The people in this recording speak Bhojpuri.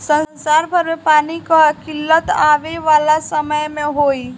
संसार भर में पानी कअ किल्लत आवे वाला समय में होई